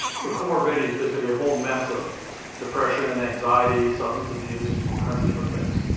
so comorbidity's basically a whole mess of depression, and anxiety, substance abuse, all kinds of different things.